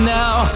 now